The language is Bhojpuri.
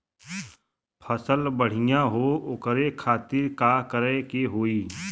फसल बढ़ियां हो ओकरे खातिर का करे के होई?